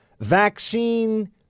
vaccine